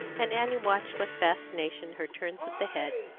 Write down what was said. and annie watched with fascination her turns of the head,